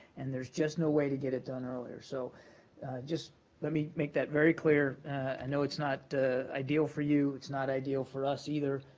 and there's just no way to get it done earlier. so just let me make that very clear. i know it's not ideal for you it's not ideal for us either,